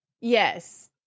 Yes